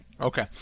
Okay